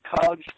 college